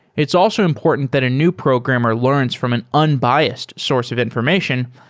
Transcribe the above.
it's also important that a new programmer learns from an unbiased source of information,